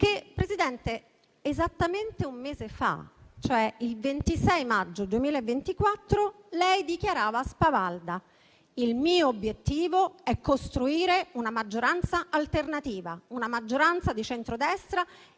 Esattamente un mese fa, il 26 maggio 2024, lei dichiarava spavalda: il mio obiettivo è costruire una maggioranza alternativa, una maggioranza di centrodestra, e mandare